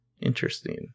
Interesting